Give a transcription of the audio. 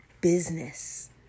business